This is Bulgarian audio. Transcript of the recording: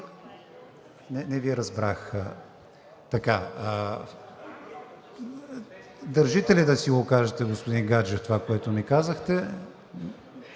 вече са записани. Държите ли да си го кажете, господин Гаджев, това, което ми казахте?